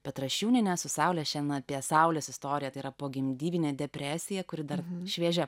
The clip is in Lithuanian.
petrašiūnienė su saule šiandien apie saulės istoriją tai yra pogimdyminę depresiją kuri dar šviežia